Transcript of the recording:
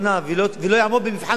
והיא לא תעמוד במבחן בג"ץ.